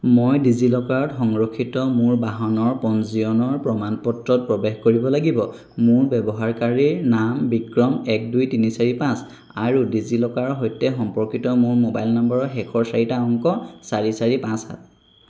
মই ডিজিলকাৰত সংৰক্ষিত মোৰ বাহনৰ পঞ্জীয়নৰ প্ৰমাণ পত্ৰত প্ৰৱেশ কৰিব লাগিব মোৰ ব্যৱহাৰকাৰী নাম বিক্ৰম এক দুই তিনি চাৰি পাঁচ আৰু ডিজিলকাৰৰ সৈতে সম্পৰ্কিত মোৰ মোবাইল নম্বৰৰ শেষৰ চাৰিটা অংক চাৰি চাৰি পাঁচ সাত